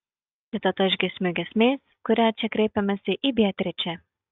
citata iš giesmių giesmės kuria čia kreipiamasi į beatričę